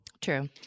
true